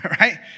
right